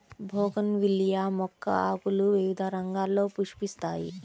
bougainvillea మొక్క ఆకులు వివిధ రంగుల్లో పుష్పిస్తాయి